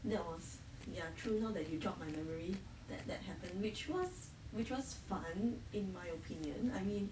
that was ya true lor that you jog my memory that that happen which was which was fun in my opinion I mean